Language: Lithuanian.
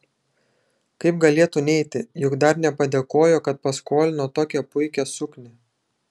kaip galėtų neiti juk dar nepadėkojo kad paskolino tokią puikią suknią